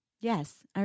Yes